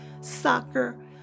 soccer